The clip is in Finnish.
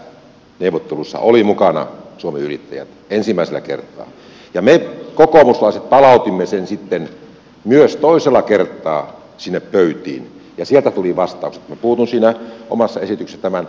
mutta juuri tässä neuvottelussa oli mukana suomen yrittäjät ensimmäisellä kertaa ja me kokoomuslaiset palautimme sen sitten myös toisella kertaa sinne pöytiin ja sieltä tuli vastaukset minä puutun siinä omassa esityksessä tähän